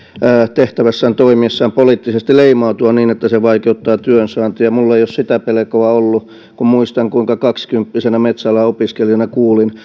tehtävässään toimiessaan poliittisesti leimautua niin että se vaikeuttaa työn saantia minulla ei ole sitä pelkoa ollut muistan kuinka kaksikymppisenä metsäalan opiskelijana kuulin